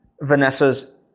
Vanessa's